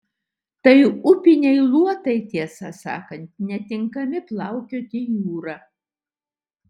tai upiniai luotai tiesą sakant netinkami plaukioti jūra